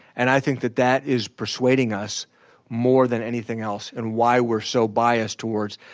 and i think that that is persuading us more than anything else and why we're so biased towards,